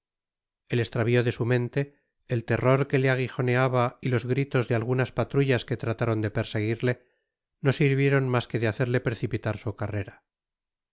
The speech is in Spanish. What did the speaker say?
el estravlo de su mente el terror que le aguijoneaba y los gritos de algunas patrullas que trataron de perseguirle no sirvieron mas que de hacerle precipitar su carrera